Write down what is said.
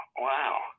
wow